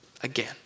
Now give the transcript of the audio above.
again